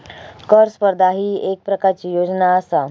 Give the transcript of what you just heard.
कर स्पर्धा ही येक प्रकारची योजना आसा